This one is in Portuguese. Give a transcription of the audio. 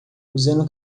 usando